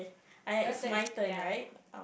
I it's my turn right